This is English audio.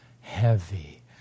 heavy